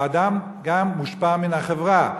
ואדם גם מושפע מהחברה.